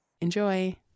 enjoy